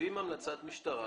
מחייבים המלצת משטרה